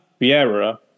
Vieira